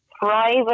Private